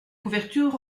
couverture